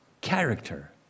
character